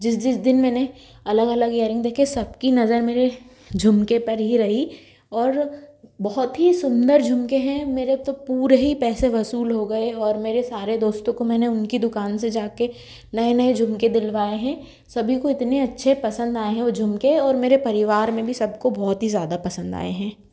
जिस जिस दिन मैंने अलग अलग इयरिंग देखे सबकी नज़र मेरे झुमके पर ही रही और बहुत ही सुन्दर झुमके हैं मेरे तो पूरे ही पैसे वसूल हो गए और मेरे सारे दोस्तों को मैंने उनकी दुकान से जाकर नए नए झुमके दिलवाए हैं सभी को इतने अच्छे पसंद आए हैं वह झुमके और मेरे परिवार में भी सबको बहुत ही ज़्यादा पसंद आए हैं